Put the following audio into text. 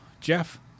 Jeff